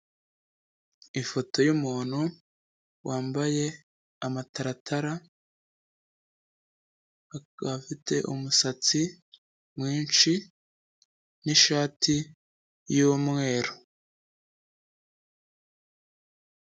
Ifoto y'umuntu wambaye amataratara, akaba afite umusatsi mwinshi n'ishati y'umweru.